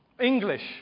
English